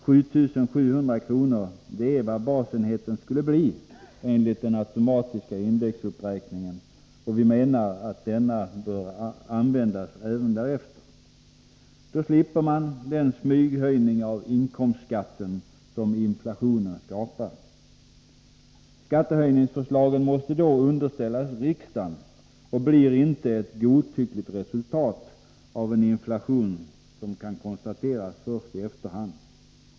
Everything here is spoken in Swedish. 7 700 kr. är vad basenheten skulle bli enligt den automatiska indexuppräkningen. Vi menar att denna bör användas även därefter, då slipper man den smyghöjning av inkomsskatten som inflationen skapar. Skattehöjningsförslagen måste då underställas riksdagen och blir inte ett godtyckligt resultat av en inflation som kan konstateras först i efterhand.